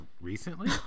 recently